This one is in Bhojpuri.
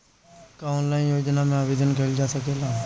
का ऑनलाइन योजना में आवेदन कईल जा सकेला?